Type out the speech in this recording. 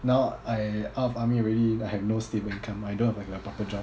now I out of army already I have no stable income I don't have like a proper job